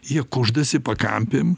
jie kuždasi pakampėm